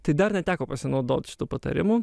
tai dar neteko pasinaudot šitu patarimu